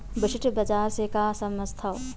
विशिष्ट बजार से का समझथव?